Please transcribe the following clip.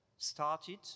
started